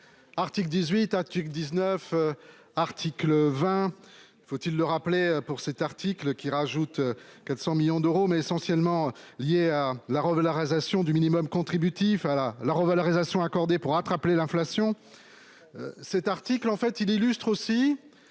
Article 18, atchik 19. Article 20. Faut-il le rappeler pour cet article qui rajoute 400 millions d'euros mais essentiellement lié à la robe. L'arrestation du minimum contributif. Ah la la revalorisation accordée pour rattraper l'inflation. Cet article en fait il illustre aussi